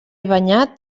banyat